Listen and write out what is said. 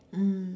mm